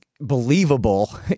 believable